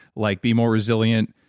like be more resilient,